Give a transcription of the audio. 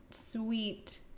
sweet